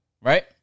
right